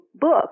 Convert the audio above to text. book